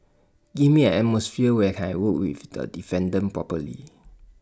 give me an atmosphere where I can work with the defendant properly